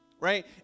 Right